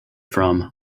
from